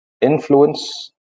influence